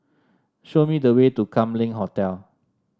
show me the way to Kam Leng Hotel